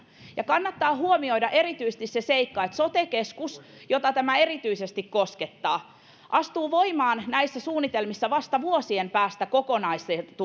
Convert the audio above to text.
kannattaa huomioida erityisesti se seikka että sote keskus jota tämä erityisesti koskettaa astuu voimaan näissä suunnitelmissa vasta vuosien päästä